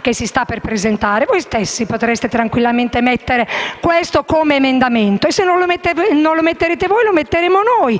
che si sta per presentare, voi stessi potreste tranquillamente inserire questo emendamento; e se non lo metterete voi, lo faremo noi,